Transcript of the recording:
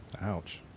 Ouch